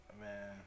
Man